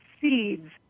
seeds